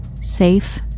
safe